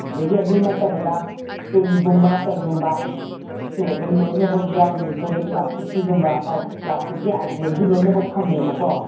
ꯑꯗꯒꯤ ꯑꯗꯨ ꯅꯠꯇꯕꯗ ꯇꯨꯜꯒꯨꯝꯕ ꯀꯩꯒꯨꯝꯕꯁꯨ ꯑꯗꯨꯝ ꯂꯣꯏꯅꯃꯛ ꯌꯥꯎꯔꯤ ꯑꯩꯈꯣꯏꯒꯤ ꯄ꯭ꯂꯥꯁꯇꯤꯛꯀꯤꯒꯨꯝꯕ ꯑꯧ ꯄ꯭ꯂꯥꯁꯇꯤꯛꯀꯤ ꯑꯥꯏꯇꯦꯝꯁꯨ ꯂꯣꯏꯅꯃꯛ ꯐꯪꯉꯦꯕꯀꯣ